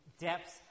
depths